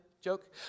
Joke